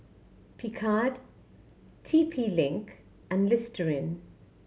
Picard T P Link and Listerine